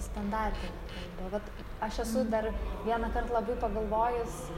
standartine kalba vat aš esu dar vienąkart labai pagalvojus